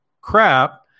crap